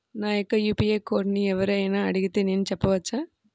నా యొక్క యూ.పీ.ఐ కోడ్ని ఎవరు అయినా అడిగితే నేను చెప్పవచ్చా?